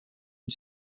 une